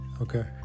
Okay